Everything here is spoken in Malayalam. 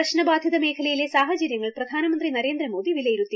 പ്രശ്ന ബാധിത മേഖലയിലെ സാഹചര്യങ്ങൾ പ്രധാനമന്ത്രി നരേന്ദ്രമോദി വിലയിരുത്തി